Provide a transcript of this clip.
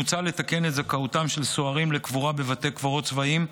מוצע לתקן את זכאותם של סוהרים לקבורה בבתי קברות צבאיים,